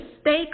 stay